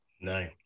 No